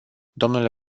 dle